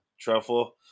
truffle